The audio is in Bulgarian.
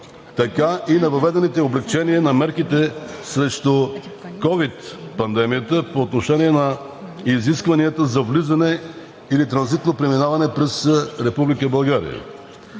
така и на въведените облекчения на мерките срещу ковид пандемията по отношение на изискванията за влизане или транзитно преминаване през Република България.